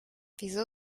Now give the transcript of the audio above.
wieso